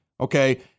Okay